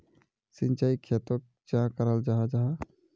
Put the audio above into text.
सिंचाई खेतोक चाँ कराल जाहा जाहा?